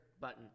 button